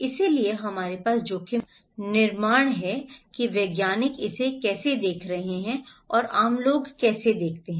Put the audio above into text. इसलिए हमारे पास जोखिम का निर्माण है कि वैज्ञानिक इसे कैसे देख रहे हैं और आम लोग कैसे देख रहे हैं